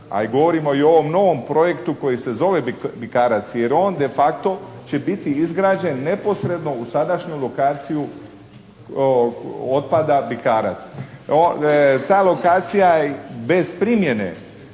a i govorim o ovom novom projektu koji se zove Bikarac, jer on de facto će biti izgrađen neposredno u sadašnju lokaciju otpada Bikarac. Ta lokacija bez primjene